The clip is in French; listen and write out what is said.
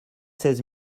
seize